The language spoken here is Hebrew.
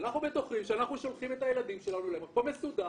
היינו בטוחים שאנחנו שולחים את הילדים שלנו למקום מסודר,